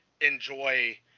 enjoy